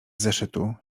zeszytu